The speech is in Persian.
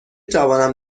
توانم